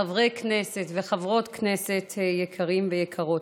חברי כנסת וחברות כנסת יקרים ויקרות,